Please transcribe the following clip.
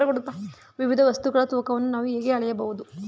ವಿವಿಧ ವಸ್ತುಗಳ ತೂಕವನ್ನು ನಾವು ಹೇಗೆ ಅಳೆಯಬಹುದು?